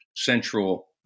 central